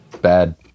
bad